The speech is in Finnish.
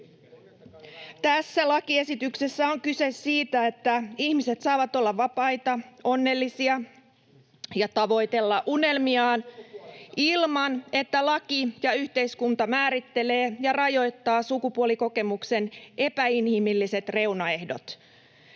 Tässä lakiesityksessä on kyse siitä, että ihmiset saavat olla vapaita, onnellisia ja tavoitella unelmiaan ilman, [Mika Niikon välihuuto] että laki ja yhteiskunta määrittelevät ja rajoittavat sukupuolikokemuksen epäinhimilliset reunaehdot.